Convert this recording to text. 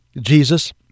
Jesus